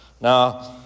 Now